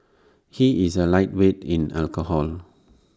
he is A lightweight in alcohol